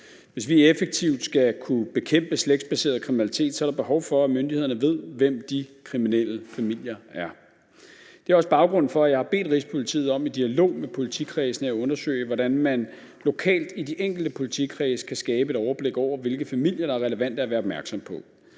Hvis vi effektivt skal kunne bekæmpe slægtsbaseret kriminalitet, er der behov for, at myndighederne ved, hvem de kriminelle familier er. Det er også baggrunden for, at jeg har bedt Rigspolitiet om i dialog med politikredsene at undersøge, hvordan man lokalt i de enkelte politikredse kan skabe et overblik over, hvilke familier det er relevant at være opmærksom på.